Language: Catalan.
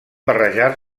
barrejar